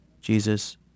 Jesus